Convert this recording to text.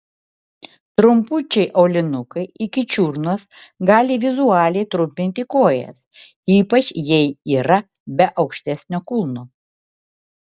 trumpučiai aulinukai iki čiurnos gali vizualiai trumpinti kojas ypač jei yra be aukštesnio kulno